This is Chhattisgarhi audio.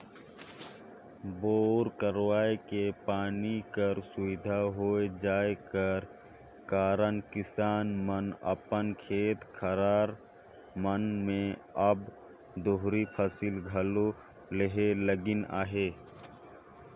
बोर करवाए के पानी कर सुबिधा होए जाए कर कारन किसान मन अपन खेत खाएर मन मे अब दोहरी फसिल घलो लेहे लगिन अहे